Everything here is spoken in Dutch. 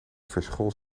verschool